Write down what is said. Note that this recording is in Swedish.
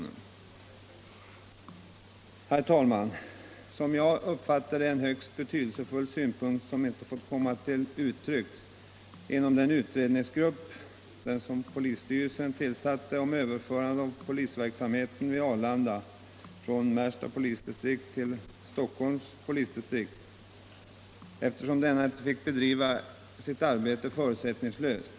En som jag uppfattar det högst betydelsefull synpunkt har inte fått komma till uttryck inom den utredningsgrupp som rikspolisstyrelsen tillsatte för att utreda frågan om överflyttning av polisverksamheten vid Arlanda från Märsta polisdistrikt till Stockholms polisdistrikt, eftersom gruppen inte fick bedriva sitt arbete förutsättningslöst.